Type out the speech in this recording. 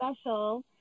special